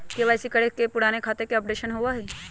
KYC करें से पुराने खाता के अपडेशन होवेई?